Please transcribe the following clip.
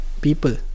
people